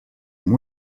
amb